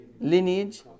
lineage